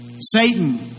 Satan